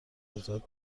ازت